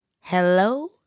hello